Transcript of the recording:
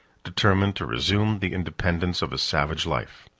determined to resume the independence of a savage life.